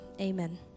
amen